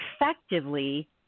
effectively